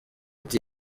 ati